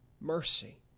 Mercy